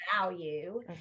value